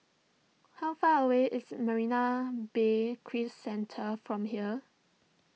how far away is Marina Bay Cruise Centre from here